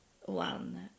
one